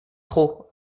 trop